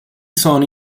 sono